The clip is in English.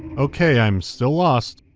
okay, i'm still lost.